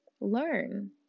learn